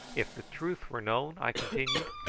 if the truth were known, i continued,